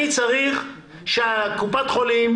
אני צריך שקופת החולים,